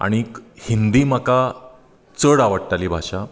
आनी हिंदी म्हाका चड आवडटाली भाशा